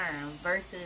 versus